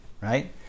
Right